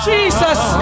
Jesus